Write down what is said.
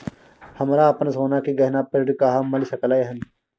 हमरा अपन सोना के गहना पर ऋण कहाॅं मिल सकलय हन?